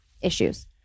issues